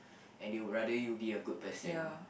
and they would rather you be a good person